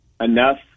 enough